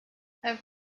have